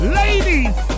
ladies